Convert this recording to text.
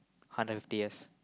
hundred and fifty years